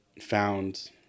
found